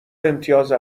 امتیاز